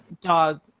dog